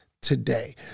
today